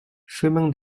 chemin